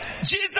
jesus